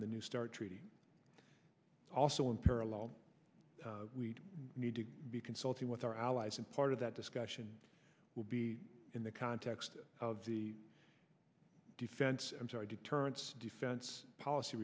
in the new start treaty also in parallel we need to be consulting with our allies and part of that discussion will be in the context of the defense i'm sorry deterrence defense policy